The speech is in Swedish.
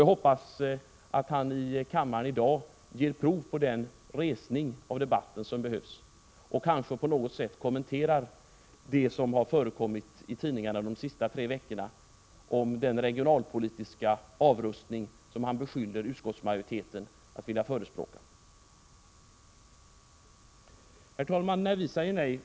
Jag hoppas att han i kammaren i dag ger prov på den resning av debatten som behövs och på något sätt kommenterar den debatt som har förekommit i tidningarna de senaste tre veckorna om den = Prot. 1986/87:128 regionalpolitiska avrustning som han beskyller utskottsmajoriteten för att 21 maj 1987 vilja förespråka.